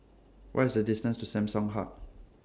What IS The distance to Samsung Hub